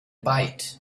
bite